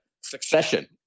Succession